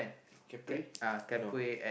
capri no